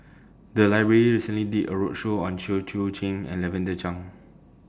The Library recently did A roadshow on Chew Choo Keng and Lavender Chang